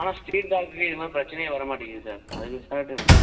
ஆனால் ஸ்ட்ரீட் டாக்குக்கு இது மாதிரி பிரச்சினையே வரமாட்டிங்குது சார் அது பேசாட்டி இருக்குது